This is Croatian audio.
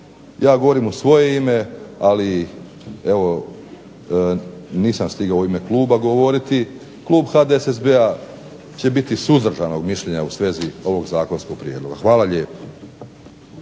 ja govorim u svoje ime, ali i evo nisam stigao u ime kluba govoriti, klub HDSSB-a će biti suzdržanog mišljenja u svezi ovog zakonskog prijedloga. Hvala lijepo.